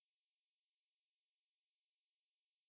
!wah! your legs 会很累的